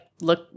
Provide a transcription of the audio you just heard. look